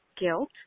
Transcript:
guilt